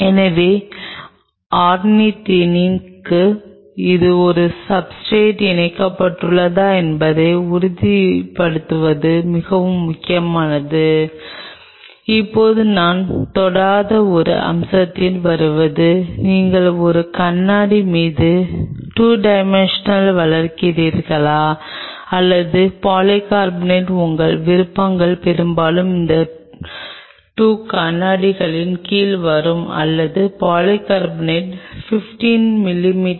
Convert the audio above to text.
இது இங்கே ஒரு தின் பிலிம் உருவாக்குகிறது இப்போது நீங்கள் ஒரு ஜெல்லை மிகவும் எளிமையாக உருவாக்க விரும்பினீர்கள் நீங்கள் ஒரு ஜெல்லை உருவாக்க விரும்பினால் நீங்கள் என்ன செய்கிறீர்கள் என்பது இந்த தின் ஜெல் தான் நீங்கள் ஒரு தின் ஜெல் தயாரிக்கிறீர்கள்